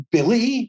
Billy